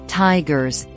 tigers